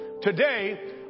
Today